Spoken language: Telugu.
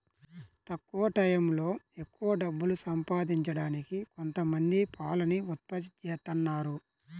తక్కువ టైయ్యంలో ఎక్కవ డబ్బులు సంపాదించడానికి కొంతమంది పాలని ఉత్పత్తి జేత్తన్నారు